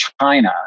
China